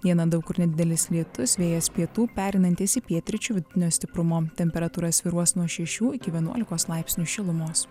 dieną daug kur nedidelis lietus vėjas pietų pereinantis į pietryčių vidutinio stiprumo temperatūra svyruos nuo šešių iki vienuolikos laipsnių šilumos